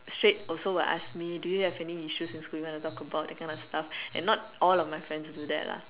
straight also will asks me do you have any issues in school you wanna talk about that kind of stuff and not all of my friends do that lah